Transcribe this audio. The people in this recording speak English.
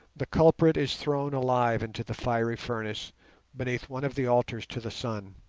the culprit is thrown alive into the fiery furnace beneath one of the altars to the sun.